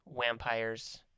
vampires